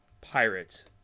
pirates